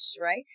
right